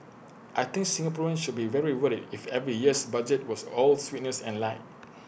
I think Singaporeans should be very worried if every year's budget was all sweetness and light